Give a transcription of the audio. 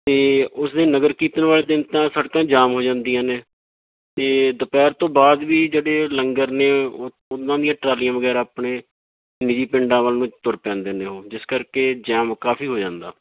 ਅਤੇ ਉਸ ਦਿਨ ਨਗਰ ਕੀਰਤਨ ਵਾਲੇ ਦਿਨ ਤਾਂ ਸੜਕਾਂ ਜਾਮ ਹੋ ਜਾਂਦੀਆਂ ਨੇ ਅਤੇ ਦੁਪਹਿਰ ਤੋਂ ਬਾਅਦ ਵੀ ਜਿਹੜੇ ਲੰਗਰ ਨੇ ਉਹ ਉਹਨਾਂ ਦੀਆਂ ਟਰਾਲੀਆਂ ਵਗੈਰਾ ਆਪਣੇ ਨਿੱਜੀ ਪਿੰਡਾਂ ਵੱਲ ਨੂੰ ਤੁਰ ਪੈਂਦੇ ਨੇ ਉਹ ਜਿਸ ਕਰਕੇ ਜਾਮ ਕਾਫ਼ੀ ਹੋ ਜਾਂਦਾ